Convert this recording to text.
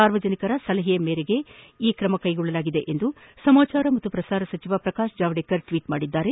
ಸಾರ್ವಜನಿಕರ ಸಲಹೆಯ ಹಿನ್ನೆಲೆಯಲ್ಲಿ ಈ ತ್ರಮ ಕೈಗೊಳ್ಳಲಾಗಿದೆ ಎಂದು ಸಮಾಚಾರ ಮತ್ತು ಪ್ರಸಾರ ಸಚಿವ ಪ್ರಕಾಶ್ ಚಾವಡೇಕರ್ ಟ್ವೀಟ್ ಮಾಡಿದ್ದಾರೆ